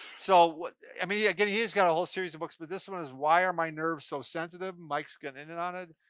so, i mean yeah again, he's got a whole series of books, but this one is, why are my nerves so sensitive? mike's getting in and on it.